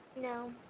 No